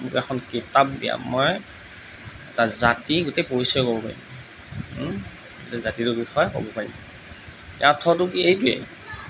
এনেকুৱা এখন কিতাপ দিয়া মই এটা জাতিৰ গোটেই পৰিচয় ক'ব পাৰিম গোটেই জাতিটোৰ বিষয়ে ক'ব পাৰিম ইয়াৰ অৰ্থটো কি এইটোৱেই